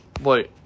Wait